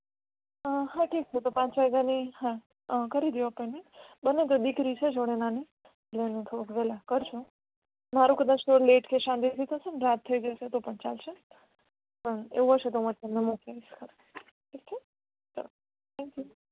હા હા ઠીક છે તો પાંચ વાગ્યાની હા કરી દો અપોઇન્મેન્ટ બને તો દીકરી છે જોડે નાની એટલે એનું થોડુંક વહેલાં કરજો મારું કદાચ થોડું લેટ કે શાંતિથી થશે ને રાત થઈ જશે ને તો પણ ચાલશે એવું હશે તો હું આ એમને મૂકી આવીશ ઘરે ઠીક છે ચાલો થેંક્યુ